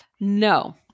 No